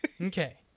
Okay